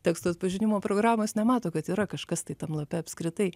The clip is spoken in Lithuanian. teksto atpažinimo programos nemato kad yra kažkas tai tam lape apskritai